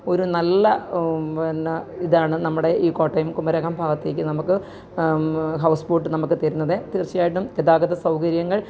ഒരു നല്ല പിന്നെ ഇതാണ് നമ്മുടെ ഈ കോട്ടയം കുമരകം ഭാഗത്തേക്ക് നമുക്ക് ഹൗസ് ബോട്ട് നമുക്ക് തരുന്നത് തീര്ച്ച ആയിട്ടും ഗതാഗത സൗകര്യങ്ങള്